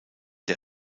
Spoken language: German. der